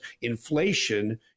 inflation